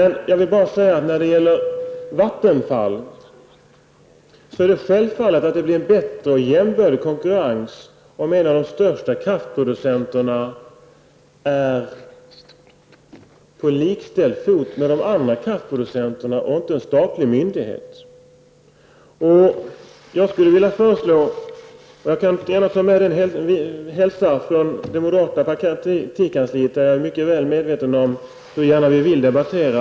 När det gäller Vattenfall är det självklart att det blir en bättre och en jämbördig konkurrens om en av de största kraftproducenterna är på likställd fot med de andra kraftproducenterna och inte en statlig myndighet. Jag hälsar från det moderata partikansliet. Jag är mycket väl medveten om hur gärna vi vill debattera.